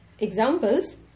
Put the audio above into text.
Examples